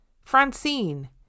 Francine